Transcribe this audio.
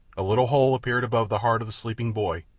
a little hole appeared above the heart of the sleeping boy,